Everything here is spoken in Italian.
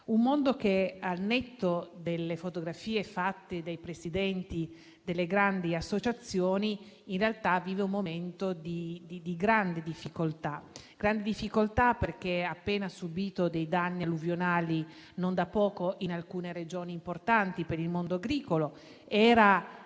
mondo che, al netto delle fotografie fatte dai presidenti delle grandi associazioni, in realtà vive un momento di grande difficoltà, perché ha appena subìto dei danni alluvionali non da poco in alcune Regioni importanti per il mondo agricolo;